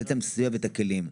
לתת להם סיוע ואת הכלים.